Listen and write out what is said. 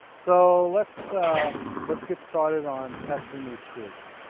so let's let's get started on testing these screws.